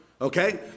okay